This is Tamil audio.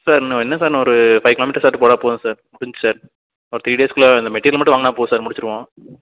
சார் இன்னும் என்ன சார் இன்னும் ஒரு ஃபைவ் கிலோமீட்டர் போட்டால் போதும் சார் முடிஞ்சுச்சு சார் ஒரு த்ரீ டேஸ்குள்ளே இந்த மெட்டிரியல் மட்டும் வாங்கினா போதும் சார் முடிச்சுருவோம்